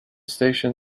station